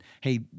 hey